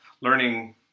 learning